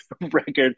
record